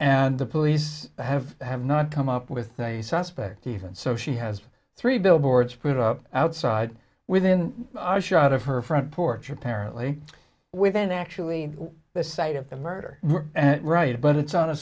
and the police have have not come up with a suspect even so she has three billboards put up outside within eyeshot of her front porch apparently within actually the site of the murder right but it's on a